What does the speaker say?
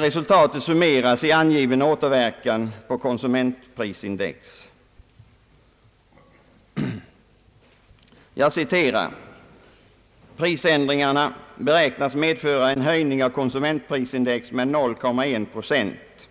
Resultatet summeras där i angiven återverkan på konsumentprisindex: »Prisändringarna beräknas medföra en höjning av konsumentprisindex med 0,1 procent.»